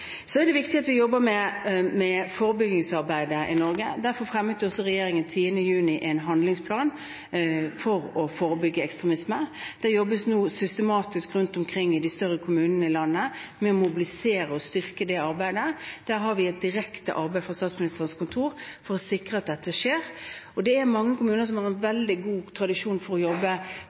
Så er det viktig at vi jobber med forebyggingsarbeidet i Norge. Derfor fremmet regjeringen 10. juni 2014 en handlingsplan for å forebygge ekstremisme. Det jobbes nå systematisk rundt omkring i de større kommunene i landet med å mobilisere og styrke det arbeidet. Vi gjør et direkte arbeid fra Statsministerens kontor for å sikre at dette skjer. Det er mange kommuner som har en veldig god tradisjon for å jobbe